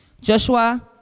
Joshua